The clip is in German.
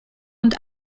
und